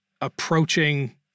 approaching